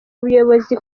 ubuyobozi